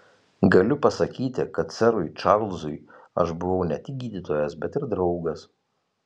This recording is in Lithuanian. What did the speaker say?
galiu pasakyti kad serui čarlzui aš buvau ne tik gydytojas bet ir draugas